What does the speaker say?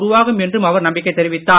உருவாகும் என்றும் அவர் நம்பிக்கை தெரிவித்தார்